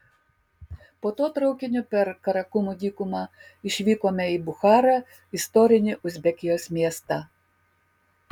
po to traukiniu per karakumų dykumą išvykome į bucharą istorinį uzbekijos miestą